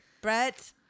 Brett